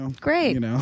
Great